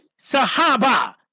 sahaba